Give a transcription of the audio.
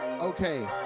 Okay